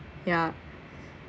ya